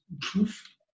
proof